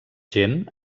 gen